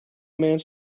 mans